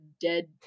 dead